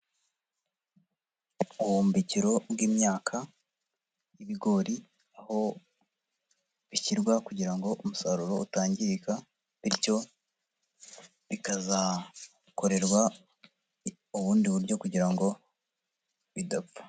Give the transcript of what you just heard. Ubuhumbikiro bw'imyaka y'ibigori, aho bishyirwa kugira ngo umusaruro utangirika bityo bikazakorerwa, ubundi buryo kugira ngo bidapfa.